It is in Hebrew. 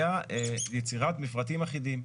יצירת מפרטים אחידים.